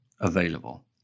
available